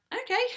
okay